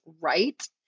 right